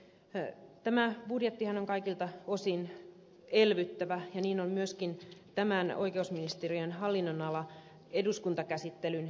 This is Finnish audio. tämä budjettihan on kaikilta osin elvyttävä ja niin on myöskin tämä oikeusministeriön hallinnonala eduskuntakäsittelyn jälkeen